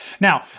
Now